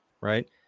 right